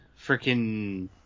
Freaking